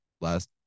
last